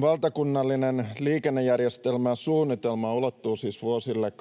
valtakunnallinen liikennejärjestelmäsuunnitelma ulottuu siis vuosille